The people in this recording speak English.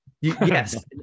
Yes